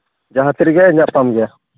ᱡᱟᱦᱟᱸ ᱛᱤ ᱨᱮᱜᱮ ᱧᱟᱯᱟᱢ ᱜᱮᱭᱟ